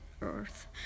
earth